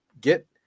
get